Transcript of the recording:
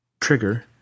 trigger